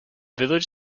village